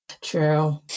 True